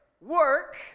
work